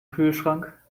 kühlschrank